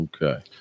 Okay